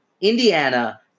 Indiana